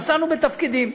נשאנו בתפקידים.